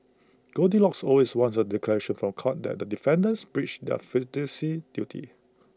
goldilocks always wants A declaration from court that the defendants breached their duties